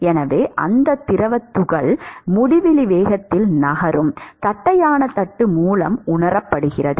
எனவே அந்த திரவத் துகள் முடிவிலி வேகத்தில் நகரும் தட்டையான தட்டு மூலம் உணரப்படுகிறது